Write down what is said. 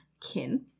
Kin